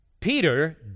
Peter